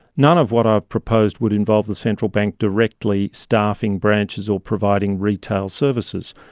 none of what i've proposed would involve the central bank directly staffing branches or providing retail services.